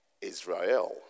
Israel